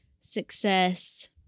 success